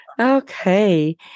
Okay